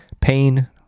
pain